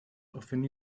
often